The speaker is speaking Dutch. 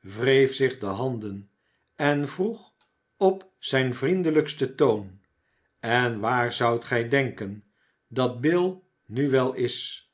wreef zich de handen en vroeg op zijn vriendelijksten toon en waar i zoudt gij denken dat bill nu wel is